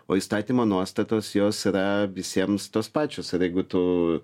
o įstatymo nuostatos jos yra visiems tos pačios ir jeigu tu